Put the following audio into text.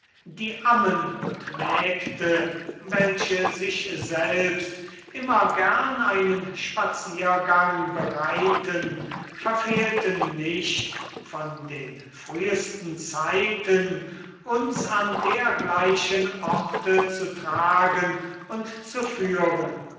die ammen und mägde welche sich selbst immer gern einen spaziergang bereiten verfehlten nicht von den frühsten zeiten uns an dergleichen orte zu tragen und zu führen